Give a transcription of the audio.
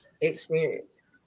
experience